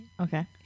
Okay